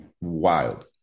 wild